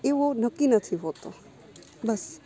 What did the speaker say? એવો નક્કી નથી હોતો બસ